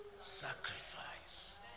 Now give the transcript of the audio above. sacrifice